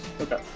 Okay